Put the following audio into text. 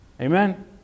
Amen